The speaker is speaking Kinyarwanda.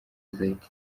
izahita